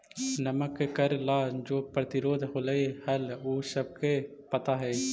नमक के कर ला जो प्रतिरोध होलई हल उ सबके पता हई